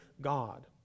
God